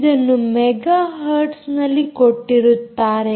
ಇದನ್ನು ಮೆಗಾ ಹರ್ಟ್ಸ್ನಲ್ಲಿ ಕೊಟ್ಟಿರುತ್ತಾರೆ